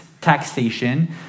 taxation